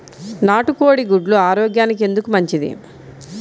నాటు కోడి గుడ్లు ఆరోగ్యానికి ఎందుకు మంచిది?